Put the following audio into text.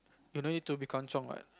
you don't need to be kanchiong what